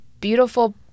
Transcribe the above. beautiful